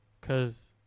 Cause